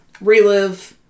relive